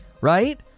Right